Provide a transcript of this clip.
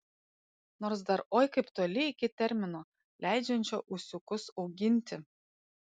nors dar oi kaip toli iki termino leidžiančio ūsiukus auginti